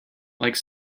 like